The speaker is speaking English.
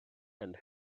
and